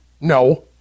No